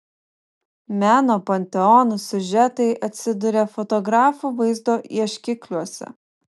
meno panteonų siužetai atsiduria fotografų vaizdo ieškikliuose